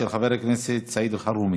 של חבר הכנסת סעיד אלחרומי.